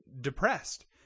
depressed